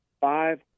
five